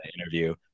interview